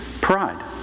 pride